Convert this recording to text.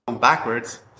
backwards